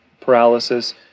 paralysis